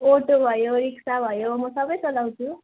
auto भयो रिक्सा भयो म सबै चलाउँछु